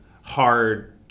hard